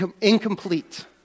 incomplete